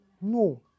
No